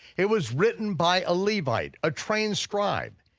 it was written by a levite, a trained scribe.